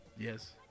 Yes